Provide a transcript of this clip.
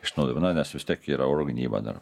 išnaudo na vis tiek yra oro gynyba dar